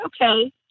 Okay